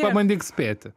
pabandyk spėti